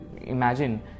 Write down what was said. imagine